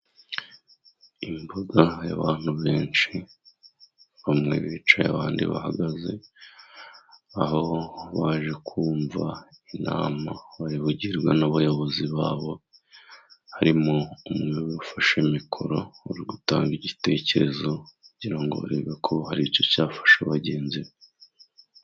Imbaga y'abantu benshi bamwe bicaye abandi bahagaze, aho baje kumva inama bari bugirwe n'abayobozi babo, harimo umwe ufashe mikoro uri gutanga igitekerezo kugira ngo barebe ko hari icyo cyafasha bagenzi be.